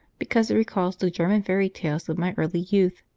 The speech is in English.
because it recalls the german fairy tales of my early youth,